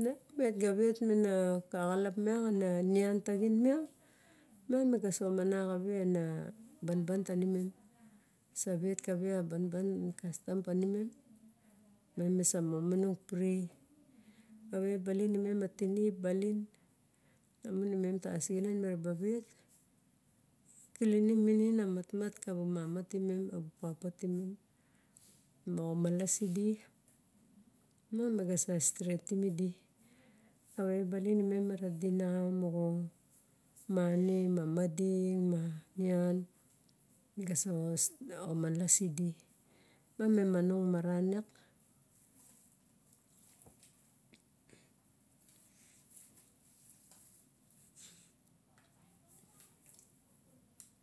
met me ga vet mana xalap miang ana nian tagin miang me ga somana xave ana banban tanimem sa vet kave a banban kastam pa nimem ma me sa momonong pri. Kavei baling imem ma tinip baling bimun imem tasixinen mira ba vet. Kilinim minin a matmat kabu mama timem momalas idi ma maga sa stretim idi kavei balin imem ma ra dinao moxo mani ma mading ma nian. Ma ga omalas idi ma me monong maran iak.